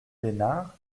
besnard